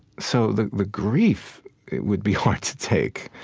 so the the grief would be hard to take.